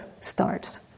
starts